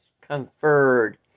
conferred